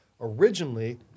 originally